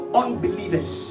unbelievers